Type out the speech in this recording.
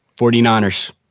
49ers